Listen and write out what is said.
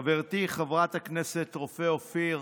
חברתי חברת הכנסת רופא אופיר,